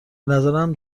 نظرم